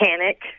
Panic